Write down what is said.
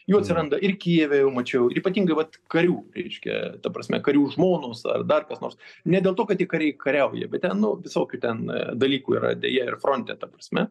jų atsiranda ir kijeve jau mačiau ir ypatingai vat karių reiškia ta prasme karių žmonos ar dar kas nors ne dėl to kad tie kariai kariauja bet ten nu visokių ten dalykų yra deja ir fronte ta prasme